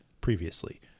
previously